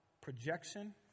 projection